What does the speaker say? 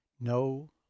No